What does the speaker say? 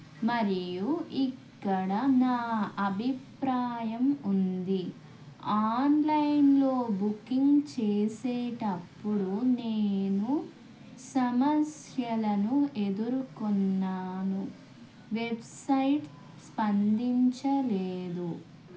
మరియు ఇక్కడ నా అభిప్రాయం ఉంది ఆన్లైన్లో బుకింగ్ చేసేటప్పుడు నేను సమస్యలను ఎదుర్కున్నాను వెబ్సైట్ స్పందించలేదు